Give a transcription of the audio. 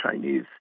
Chinese